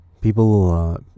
People